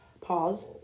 Pause